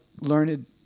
learned